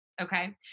Okay